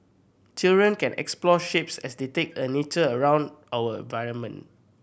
children can explore shapes as they take a nature around our environment